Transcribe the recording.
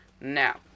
Now